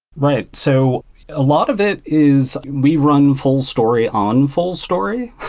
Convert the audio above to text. right. so a lot of it is we run fullstory on fullstory.